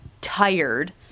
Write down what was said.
tired